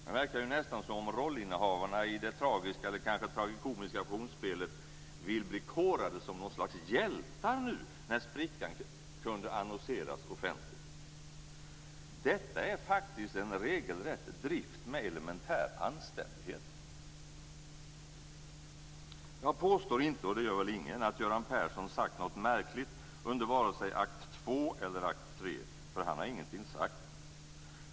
Det verkar nästan som om rollinnehavarna i det tragikomiska fusionsspelet vill bli korade som något slags hjältar när sprickan annonseras ut offentligt. Detta är faktiskt en regelrätt drift med elementär anständighet. Jag påstår inte - det gör ingen - att Göran Persson sagt något märkligt under vare sig akt två eller akt tre: Han har ingenting sagt.